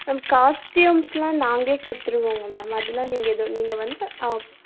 ma'am காஸ்ட்யூம்ஸெலாம் நாங்களே கொடுத்துடுவோங்க மேம் அதெல்லாம் நீங்கள் எதுவும் நீங்கள் வந்து ஆ ஓகே